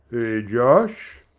josh?